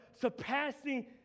surpassing